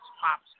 Pops